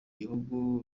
gihugu